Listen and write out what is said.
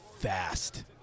fast